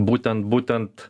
būtent būtent